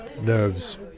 nerves